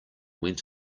went